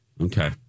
Okay